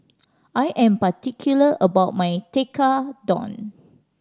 I am particular about my Tekkadon